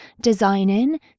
designing